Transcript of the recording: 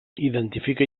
identifica